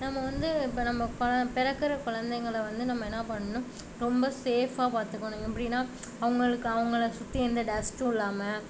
நம்ம வந்து இப்போ நம்ம பிறக்கிற குழந்தைங்களை நம்ம என்ன பண்ணணும் ரொம்ப சேஃப்பாக பார்த்துக்கணும் எப்படினா அவங்களுக்கு அவங்கள சுற்றி எந்த டஸ்ட்டும் இல்லாமல்